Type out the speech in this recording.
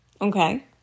Okay